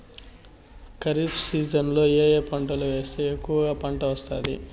ఖరీఫ్ సీజన్లలో ఏ ఏ పంటలు వేస్తే ఎక్కువగా పంట వస్తుంది?